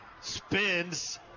spins